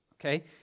okay